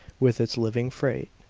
with its living freight,